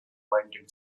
reminded